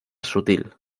sutil